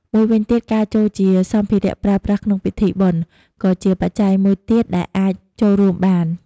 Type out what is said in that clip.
មួយវិញទៀតការចូលជាសម្ភារៈប្រើប្រាស់ក្នុងពិធីបុណ្យ ក៏ជាបច្ច័យមួយទៀតដែលអាចចូលរួមបាន។